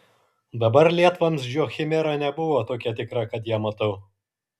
dabar lietvamzdžio chimera nebebuvo tokia tikra kad ją matau